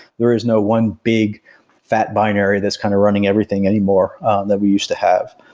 there is no one big fat binary that's kind of running everything anymore we used to have